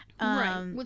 Right